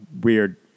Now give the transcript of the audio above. weird